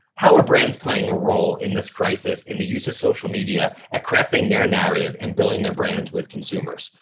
how are brands playing a role in this crisis, in the use of social media at crafting their narrative and building their brands with consumers?